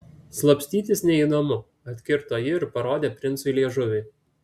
slapstytis neįdomu atkirto ji ir parodė princui liežuvį